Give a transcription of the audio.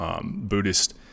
Buddhist